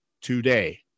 today